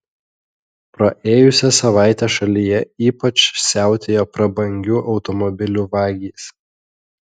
praėjusią savaitę šalyje ypač siautėjo prabangių automobilių vagys